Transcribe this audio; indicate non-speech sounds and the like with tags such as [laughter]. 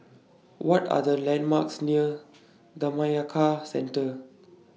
What Are The landmarks near [unintelligible] Centre